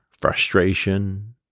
frustration